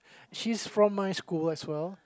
she's from my school as well